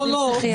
לא, לא.